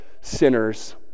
sinners